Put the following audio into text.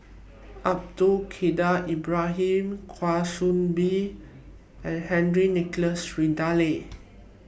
Abdul Kadir Ibrahim Kwa Soon Bee and Henry Nicholas Ridley